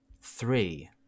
Three